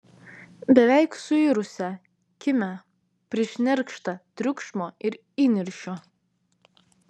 beveik suirusią kimią prišnerkštą triukšmo ir įniršio